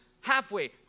halfway